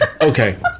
Okay